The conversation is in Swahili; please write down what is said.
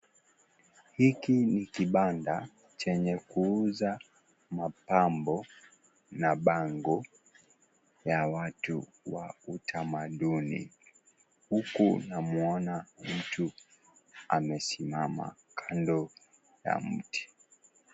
Hiki ni kibanda chenye kuuza mapambo na bango ya watu wa utamaduni huku namwona mtu amesimama kando ya mti.